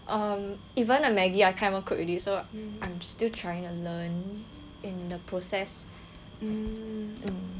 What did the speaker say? um even the Maggi I can't even cook already so I'm still trying to learn in the process mm